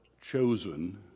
chosen